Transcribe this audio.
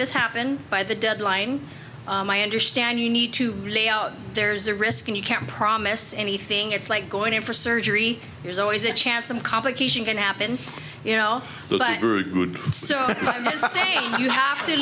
this happen by the deadline i understand you need to lay out there's a risk and you can't promise anything it's like going in for surgery there's always a chance some complication can happen you know so you have to